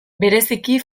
bereziki